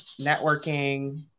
networking